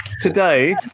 today